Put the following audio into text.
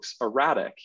erratic